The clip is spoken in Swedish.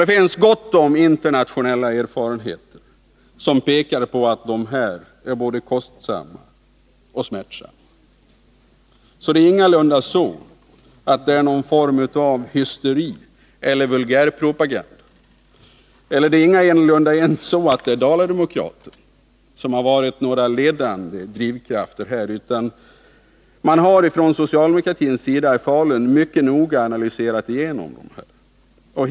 Det finns gott om internationella erfarenheter som tyder på att anpassningsåtgärderna är både kostbara och smärtsamma. Det är ingalunda så att det är någon form av hysteri eller vulgärpropaganda eller att Dala-Demokraten har varit den ledande drivkraften, utan man har från socialdemokratins sida i Falun mycket noga analyserat igenom frågan.